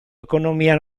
ekonomia